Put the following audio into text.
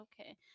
Okay